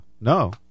no